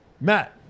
Matt